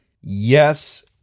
Yes